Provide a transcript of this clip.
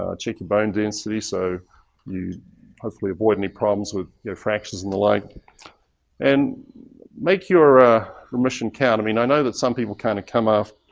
ah check your bone density, so you hopefully avoid any problems with fractions and the like and make your ah remission count. i mean, i know that some people kind of come off,